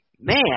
man